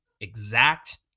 exact